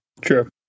True